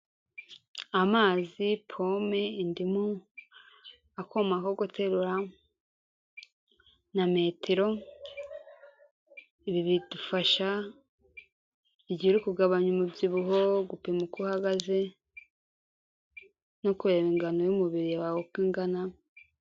Amazi, pome, indimu, akuma ko guterura, na metero, ibi bidufasha igihe uri kugabanya umubyibuho, gupima uko uhagaze, no kureba ingano y'umubiri wawe uko ingana.